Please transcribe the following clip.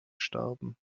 sterben